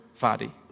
Fadi